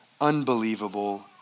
unbelievable